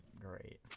great